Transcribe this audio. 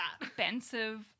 expensive